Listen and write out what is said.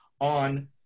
on